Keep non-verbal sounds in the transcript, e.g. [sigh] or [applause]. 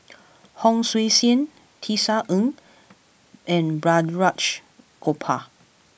[noise] Hon Sui Sen Tisa Ng and Balraj Gopal